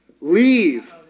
leave